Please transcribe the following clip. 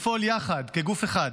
לפעול יחד כגוף אחד,